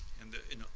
and then, you know,